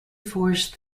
force